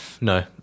no